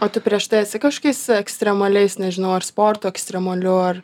o tu prieš tai esi kažkokiais ekstremaliais nežinau ar sportu ekstremaliu ar